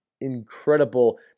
incredible